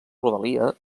rodalia